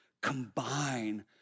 combine